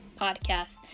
podcast